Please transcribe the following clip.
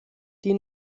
die